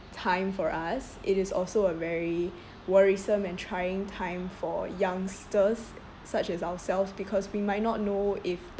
time for us it is also a very worrisome and trying time for youngsters such as ourselves because we might not know if